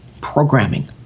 programming